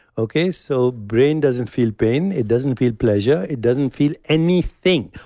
okay? so brain doesn't feel pain. it doesn't feel pleasure, it doesn't feel anything.